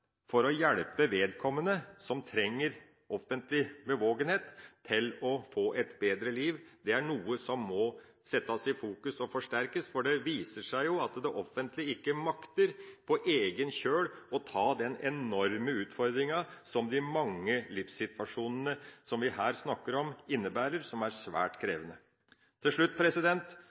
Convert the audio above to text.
for å hjelpe vedkommende som trenger offentlig bevågenhet for å få et bedre liv. Dette er noe vi må fokusere sterkere på, for det viser seg jo at det offentlige på egen kjøl ikke makter å ta den enorme utfordringa som de mange livssituasjonene vi her snakker om, innebærer, og som er svært krevende. Til slutt: